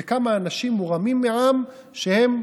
זה כמה אנשים מורמים מעם שהם